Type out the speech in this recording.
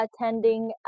attending